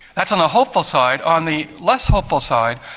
that's on the hopeful side on the less hopeful side,